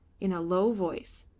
in a low voice,